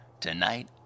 Tonight